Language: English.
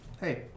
hey